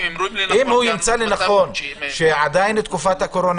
אם הוא ימצא לנכון שעדין תקופת הקורונה